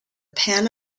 pan